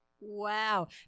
Wow